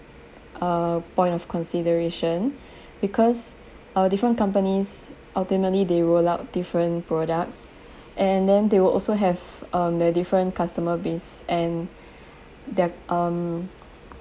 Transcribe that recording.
uh point of consideration because uh different companies ultimately they will allow different products and then they will also have um their different customer base and their um